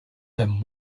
them